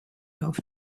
off